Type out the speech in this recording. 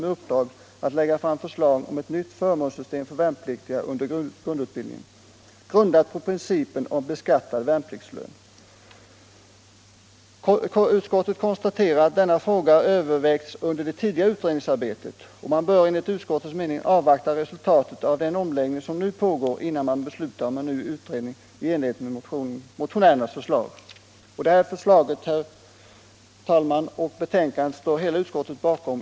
med uppdrag att lägga fram förslag om ett nytt förmånssystem för värnpliktiga under grundutbildningen, grundat på principen om beskattad värnpliktslön.” Utskottet konstaterar att denna fråga har övervägts under det tidigare utredningsarbetet och säger att man enligt utskottets mening bör avvakta resultatet av den omläggning som nu pågår innan man beslutar om en utredning i enlighet med motionärernas förslag. Herr talman! Denna skrivning står hela utskottet bakom.